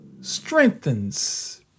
strengthens